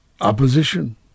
Opposition